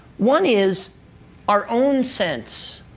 one is our own sense